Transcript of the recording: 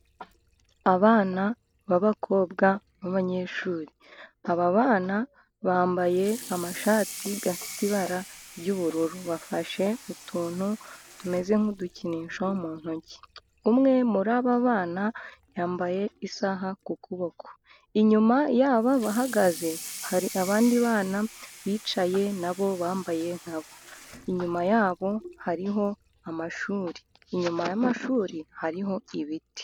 Abana b’abakobwa, b’abanyeshuri, aba bana bambaye amashati afite ibara ry’ubururu. Bafashe utuntu tumeze nk’udukinisho mu ntoki. Umwe muri aba bana yambaye isaha ku kuboko. Inyuma yabo, bahagaze hari abandi bana bicaye, nabo bambaye nkabo. Inyuma yabo, hariho amashuri. Inyuma y’amashuri, hariho ibiti.